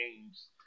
games